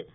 ர்